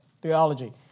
theology